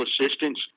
assistance